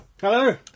Hello